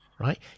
Right